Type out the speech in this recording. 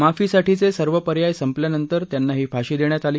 माफीसाठीचे सर्व पर्याय संपल्यानंतर त्यांना ही फाशी देण्यात आली